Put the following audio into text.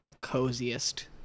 coziest